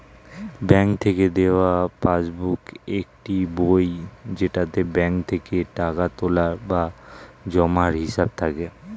bank থেকে দেওয়া passbook একটি বই যেটাতে ব্যাঙ্ক থেকে টাকা তোলা বা জমার হিসাব থাকে